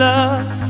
Love